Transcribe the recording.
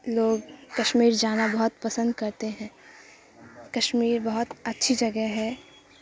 لوگ کشمیر جانا بہت پسند کرتے ہیں کشمیر بہت اچھی جگہ ہے